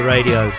Radio